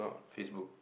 Facebook